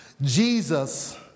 Jesus